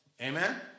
Amen